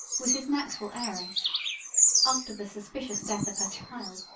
was his natural heiress after the suspicious death of her child,